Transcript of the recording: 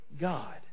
God